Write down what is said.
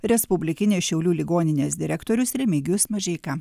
respublikinės šiaulių ligoninės direktorius remigijus mažeika